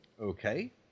Okay